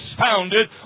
founded